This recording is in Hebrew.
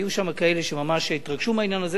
היו שם כאלה שממש התרגשו מהעניין הזה.